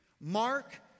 Mark